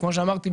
כמו שאמרתי,